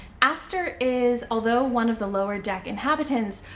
aster is, although one of the lower deck inhabitants,